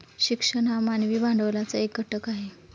शिक्षण हा मानवी भांडवलाचा एक घटक आहे